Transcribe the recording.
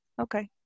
Okay